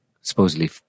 supposedly